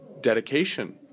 dedication